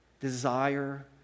desire